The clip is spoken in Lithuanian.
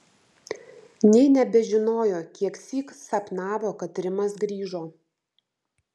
nė nebežinojo kieksyk sapnavo kad rimas grįžo